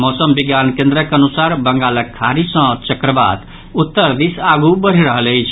मौसम विज्ञान केन्द्रक अनुसार बंगालक खाड़ी सॅ चक्रवात उत्तर दिस आगु बढ़ि रहल अछि